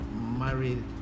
married